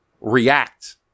react